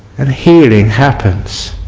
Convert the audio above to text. and healing happens.